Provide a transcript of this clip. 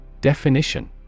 Definition